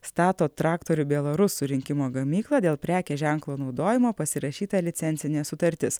stato traktorių belarus surinkimo gamyklą dėl prekės ženklo naudojimo pasirašyta licencinė sutartis